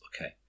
Okay